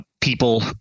People